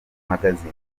magazine